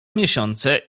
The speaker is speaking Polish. miesiące